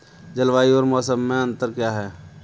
जलवायु और मौसम में अंतर क्या है?